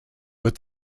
but